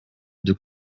deux